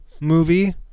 movie